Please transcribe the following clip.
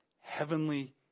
heavenly